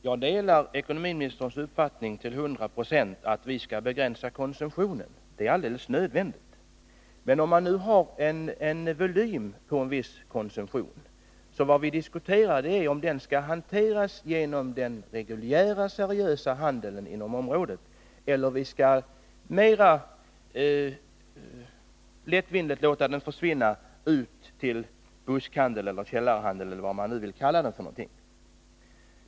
Herr talman! Jag delar till 100 26 ekonomiministerns uppfattning att vi måste begränsa konsumtionen. Det är alldeles nödvändigt. Men vi har en viss volym på denna konsumtion, och vad vi diskuterar är om denna skall hanteras genom den reguljära, seriösa handeln på området eller om vi lättvindigt skall låta den försvinna ut till buskhandeln eller källarhandeln — eller vad man nu vill kalla den.